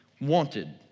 Wanted